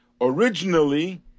originally